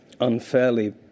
unfairly